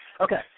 Okay